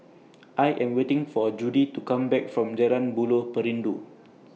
I Am waiting For Judi to Come Back from Jalan Buloh Perindu